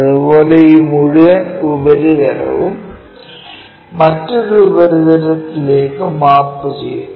അതുപോലെ ഈ മുഴുവൻ ഉപരിതലവും മറ്റൊരു ഉപരിതലത്തിലേക്ക് മാപ്പ് ചെയ്യുന്നു